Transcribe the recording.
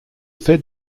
fait